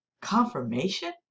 confirmation